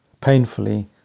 painfully